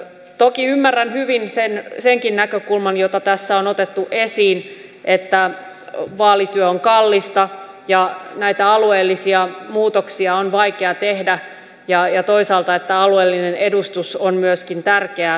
toki ymmärrän hyvin senkin näkökulman jota tässä on otettu esiin että vaalityö on kallista ja näitä alueellisia muutoksia on vaikea tehdä ja toisaalta että alueellinen edustus on myöskin tärkeää